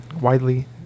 widely